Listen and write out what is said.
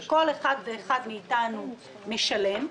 שכל אחד ואחד מאיתנו משלם,